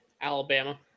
alabama